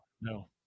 no